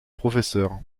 professeur